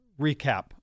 recap